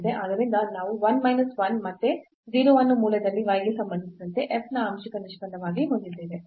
ಆದ್ದರಿಂದ ನಾವು 1 ಮೈನಸ್ 1 ಮತ್ತೆ 0 ಅನ್ನು ಮೂಲದಲ್ಲಿ y ಗೆ ಸಂಬಂಧಿಸಿದಂತೆ f ನ ಆಂಶಿಕ ನಿಷ್ಪನ್ನವಾಗಿ ಹೊಂದಿದ್ದೇವೆ